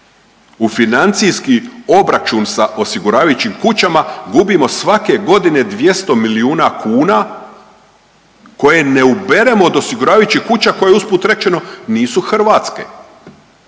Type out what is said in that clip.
u financijski obračun sa osiguravajućim kućama, gubimo svake godine 200 milijuna kuna koje ne uberemo od osiguravajućih kuća, koje usput rečeno, nisu hrvatske.